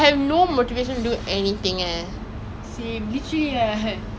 all it is is you just watch the video but you never take any action